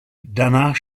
danach